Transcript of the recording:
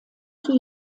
zur